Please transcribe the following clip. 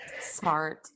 smart